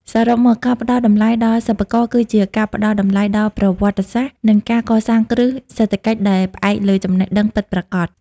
សរុបមក ការផ្ដល់តម្លៃដល់សិប្បករគឺជាការផ្ដល់តម្លៃដល់ប្រវត្តិសាស្ត្រ និងការកសាងគ្រឹះសេដ្ឋកិច្ចដែលផ្អែកលើចំណេះដឹងពិតប្រាកដ។